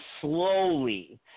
slowly